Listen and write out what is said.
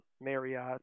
Marriott